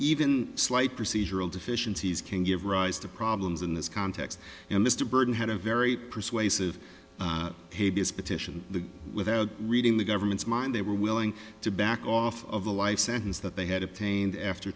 even slight procedural deficiencies can give rise to problems in this context and mr burton had a very persuasive habeas petition the without reading the government's mind they were willing to back off of the life sentence that they had obtained after